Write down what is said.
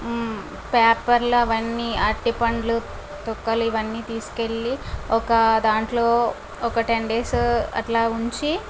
పేపర్లు అవన్నీ అరటి పండ్లు తొక్కలు ఇవన్నీ తీసుకెళ్ళి ఒక దాంట్లో ఒక టెన్ డేసు అట్లా ఉంచి